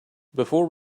before